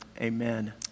Amen